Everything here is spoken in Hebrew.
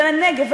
ולנגב,